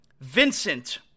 Vincent